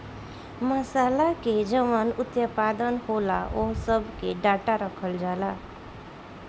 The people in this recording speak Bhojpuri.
मासाला के जवन उत्पादन होता ओह सब के डाटा रखल जाता